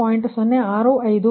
065 ಕೋನ ಮೈನಸ್ 63